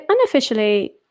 unofficially